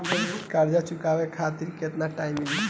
कर्जा चुकावे खातिर केतना टाइम मिली?